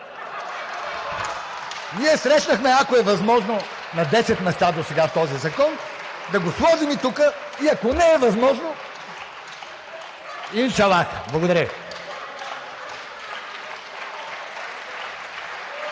Ние срещнахме „ако е възможно“ на 10 места досега в този закон, да го сложим и тук. И ако не е възможно, иншаллах. Благодаря Ви.